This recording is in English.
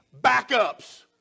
backups